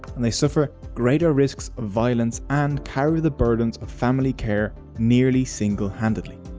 and they suffer greater risks of violence and carry the burdens of family care nearly single-handedly.